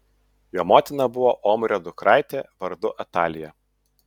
jo motina buvo omrio dukraitė vardu atalija